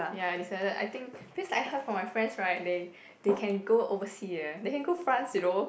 ya I decided I think place I heard from my friends right they they can go overseas eh they can go France you know